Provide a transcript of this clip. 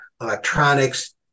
electronics